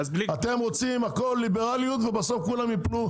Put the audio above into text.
אתם רוצים הכול ליברליות ובסוף כולם ייפלו.